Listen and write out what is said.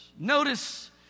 Notice